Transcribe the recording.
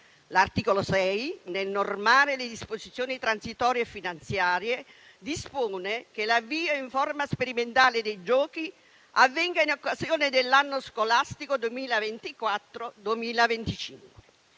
L'articolo 6, nel normare le disposizioni transitorie e finanziarie, dispone che l'avvio in forma sperimentale dei Giochi avvenga in occasione dell'anno scolastico 2024-2025.